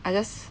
I just